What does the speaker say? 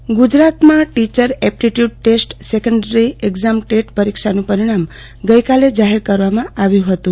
TET પરિણામ ગુજરાતમાં teacher aptitude test secondary exam TET પરીક્ષાનું પરિણામ ગઈકાલે જાહેર કરવામાં આવ્યું હતું